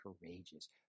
courageous